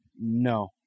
No